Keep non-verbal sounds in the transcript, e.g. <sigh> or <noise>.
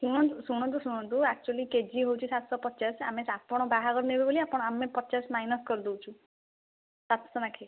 ଶୁଣନ୍ତୁ ଶୁଣନ୍ତୁ ଶୁଣନ୍ତୁ ଆକଚୋଲି କେଜି ହେଉଛି ସାତଶ ପଚାଶ ଆମେ ଆପଣ ବାହାଘର ନେବେ ବୋଲି ଆମେ ପଚାଶ ମାଇନସ୍ କରିଦେଉଛୁ ସାତଶହ <unintelligible>